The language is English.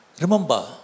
Remember